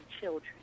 children